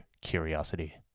curiosity